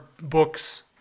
books